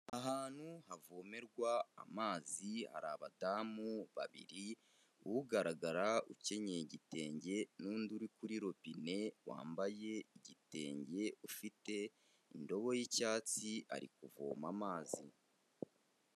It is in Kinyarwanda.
Ahantu havomerwa amazi hari abadamu babiri, ugaragara ukenyeye igitenge n'undi uri kuri robine wambaye igitenge, ufite indobo y'icyatsi ari kuvoma amazi.